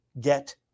Get